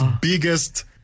biggest